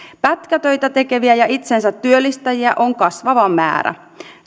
pätkätöitä tekeviä ja itsensä työllistäjiä on kasvava määrä